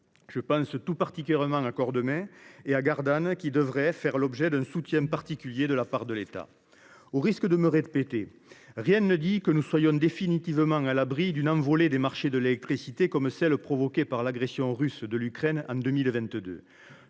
Je pense particulièrement à Cordemais et à Gardanne, qui devraient faire l’objet d’un soutien particulier de la part de l’État. Au risque de me répéter, rien ne nous garantit d’être définitivement à l’abri d’une envolée des marchés de l’électricité similaire à celle qui a été provoquée par l’agression russe contre l’Ukraine en 2022.